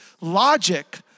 logic